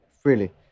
freely